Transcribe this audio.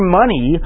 money